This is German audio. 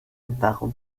warum